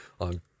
on